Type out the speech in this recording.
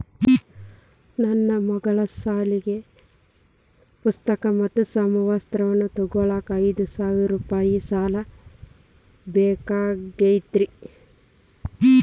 ನನ್ನ ಮಗಳ ಸಾಲಿ ಪುಸ್ತಕ್ ಮತ್ತ ಸಮವಸ್ತ್ರ ತೊಗೋಳಾಕ್ ಐದು ಸಾವಿರ ರೂಪಾಯಿ ಸಾಲ ಬೇಕಾಗೈತ್ರಿ